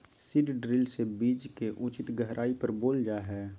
seed drill से बीज के उचित गहराई पर बोअल जा हइ